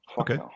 Okay